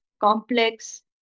complex